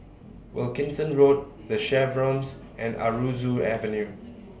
Wilkinson Road The Chevrons and Aroozoo Avenue